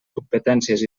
competències